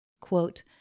Quote